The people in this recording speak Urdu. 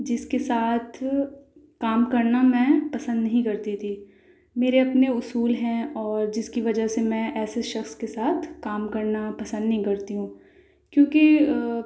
جس کے ساتھ کام کرنا میں پسند نہیں کرتی تھی میرے اپنے اصول ہیں اور جس کی وجہ سے میں ایسے شخص کے ساتھ کام کرنا پسند نہیں کرتی ہوں کیونکہ